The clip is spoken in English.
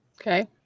Okay